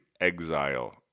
exile